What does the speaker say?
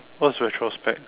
what's retrospect